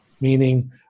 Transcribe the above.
Meaning